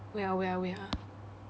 wait ah wait ah wait ah